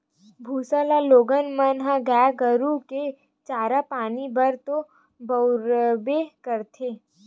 भूसा ल लोगन मन ह गाय गरु के चारा पानी बर तो बउरबे करथे